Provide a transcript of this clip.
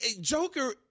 Joker